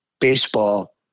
baseball